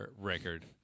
record